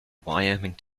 wyoming